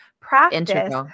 practice